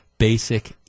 basic